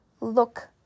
look